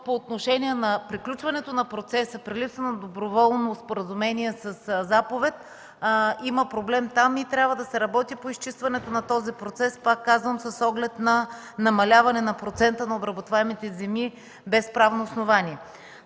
по отношение на приключването на процеса, при липса на доброволно споразумение със заповед, има проблем и там трябва да се работи по изчистването на този процес, пак казвам, с оглед намаляване на процента на обработваемите земи без правно основание.